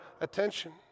attention